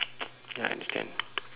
ya I understand